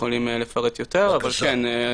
יכולים לפרט יותר אבל כן,